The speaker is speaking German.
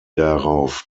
darauf